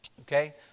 Okay